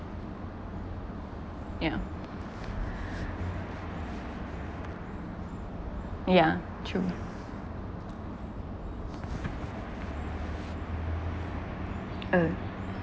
yeah yeah true uh